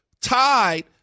tied –